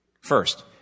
First